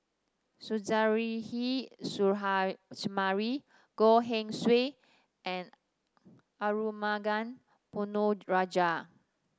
Suzairhe Sumari Goh Swee and Arumugam Ponnu Rajah